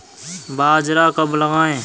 बाजरा कब लगाएँ?